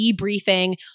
debriefing